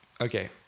Okay